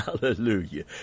Hallelujah